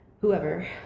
whoever